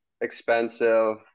expensive